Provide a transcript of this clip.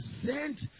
present